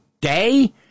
Day